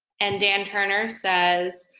and dan turner says,